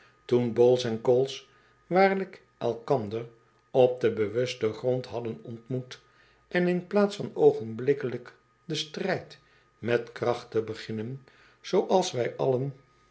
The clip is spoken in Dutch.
toen boles en ooles waarlijk elkander op den bewusten grond hadden ontmoet en in plaats van oogenblikkelijk den strijd met kracht te beginnen zooals wij allen